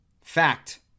fact